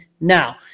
now